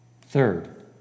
Third